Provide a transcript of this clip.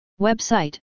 Website